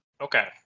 Okay